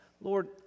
Lord